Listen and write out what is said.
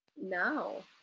No